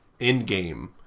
Endgame